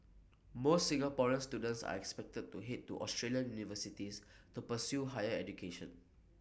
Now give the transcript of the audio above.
more Singaporean students are expected to Head to Australian universities to pursue higher education